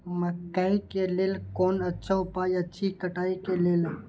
मकैय के लेल कोन अच्छा उपाय अछि कटाई के लेल?